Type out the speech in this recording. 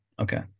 Okay